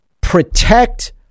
protect